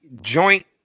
joint